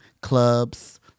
clubs